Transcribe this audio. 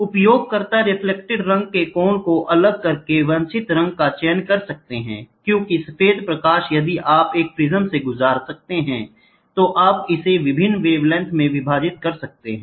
उपयोगकर्ता रिफ्लेक्टेड रंग के कोण को अलग करके वांछित रंग का चयन कर सकता है क्योंकि सफेद प्रकाश यदि आप एक प्रिज्म से गुजर सकते हैं तो आप इसे विभिन्न वेवलेंथ में विभाजित कर सकते हैं